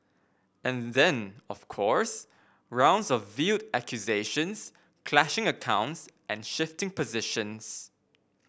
and then of course rounds of veiled accusations clashing accounts and shifting positions